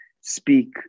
speak